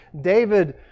David